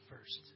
first